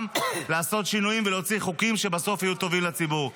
לעשות שינויים ולהוציא חוקים שבסוף יהיו טובים לציבור.